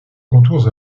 contours